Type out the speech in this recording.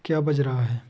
क्या बज रहा है